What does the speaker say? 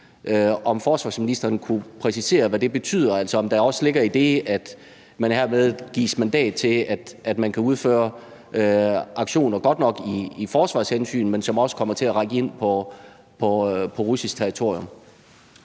forsvarsministeren præcisere, hvad det betyder? Altså, betyder det, at der også i det ligger, at man herved gives mandat til, at man kan udføre aktioner, som godt nok er i forsvarshensyn, men som også kommer til at række ind på russisk territorium?